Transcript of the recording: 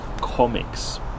comics